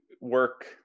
work